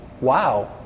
Wow